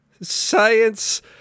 science